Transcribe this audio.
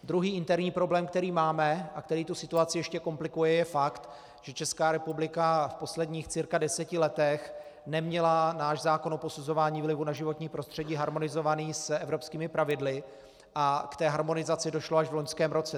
Druhý interní problém, který máme a který tu situaci ještě komplikuje, je fakt, že Česká republika v posledních cirka deseti letech neměla náš zákon o posuzování vlivu na životní prostředí harmonizovaný s evropskými pravidly a k té harmonizaci došlo až v loňském roce.